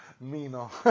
Mino